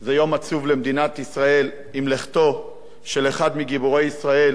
זה יום עצוב למדינת ישראל עם לכתו של אחד מגיבורי ישראל.